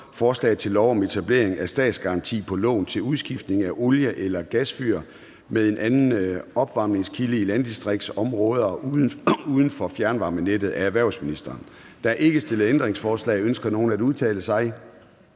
Forslag til lov om etablering af statsgaranti på lån til udskiftning af olie- eller gasfyr med en anden opvarmningskilde i landdistriktsområder uden for fjernvarmenettet. Af erhvervsministeren (Morten Bødskov). (Fremsættelse